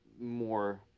more